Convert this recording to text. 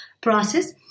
process